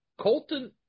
colton